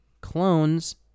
clones